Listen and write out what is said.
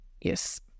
yes